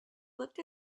looked